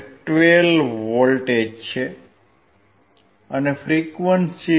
12V છે અને frequency 159